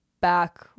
back